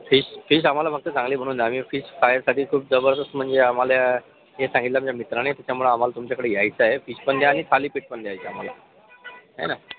fish fish आम्हाला फक्त चांगली बनवून द्या आम्ही फिश खायसाठी खूप जबरदस्त म्हणजे आम्हाला हे सांगितलं मी मित्राने त्याच्यामुळे आम्हाला तुमच्याकडे यायचं आहे आहे फिश पण द्या आणि थालीपीठ पण द्यायचं आहे है ना